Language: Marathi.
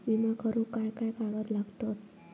विमा करुक काय काय कागद लागतत?